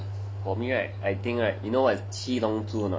for me right I think right you know what is 七龙珠 or not